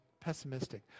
pessimistic